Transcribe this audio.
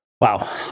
Wow